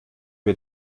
wir